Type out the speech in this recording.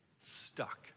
stuck